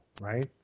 right